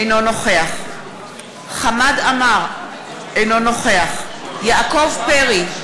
אינו נוכח חמד עמאר, אינו נוכח יעקב פרי,